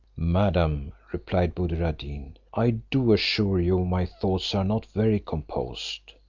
madam, replied buddir ad deen, i do assure you my thoughts are not very composed.